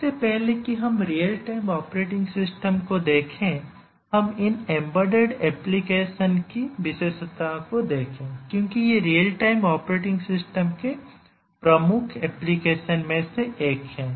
इससे पहले कि हम रियल टाइम ऑपरेटिंग सिस्टम को देखें हम इन एम्बेडेड एप्लीकेशन की विशेषताओं को देखें क्योंकि ये रियल टाइम ऑपरेटिंग सिस्टम के प्रमुख एप्लीकेशन में से एक हैं